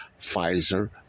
Pfizer